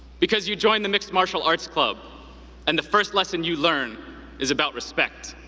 because you join the mixed martial arts club and the first lesson you learn is about respect.